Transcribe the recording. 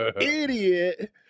idiot